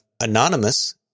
Anonymous